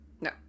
no